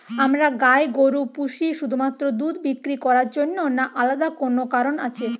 আমরা গাই গরু পুষি শুধুমাত্র দুধ বিক্রি করার জন্য না আলাদা কোনো কারণ আছে?